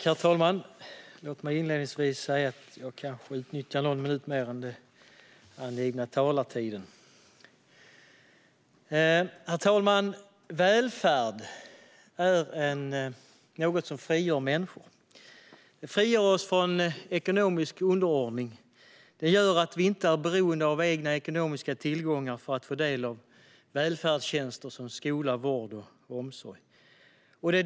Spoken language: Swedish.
Herr talman! Låt mig inledningsvis säga att jag kanske kommer att utnyttja någon minut mer än den angivna talartiden. Herr talman! Välfärd är något som frigör människor. Den frigör oss från ekonomisk underordning. Den gör att vi inte är beroende av egna ekonomiska tillgångar för att få del av välfärdstjänster som skola, vård och omsorg.